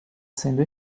sendo